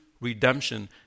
redemption